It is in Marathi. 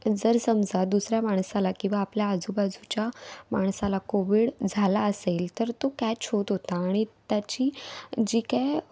जर समजा दुसऱ्या माणसाला किंवा आपल्या आजूबाजूच्या माणसाला कोविड झाला असेल तर तो कॅच होत होता आणि त्याची जी काय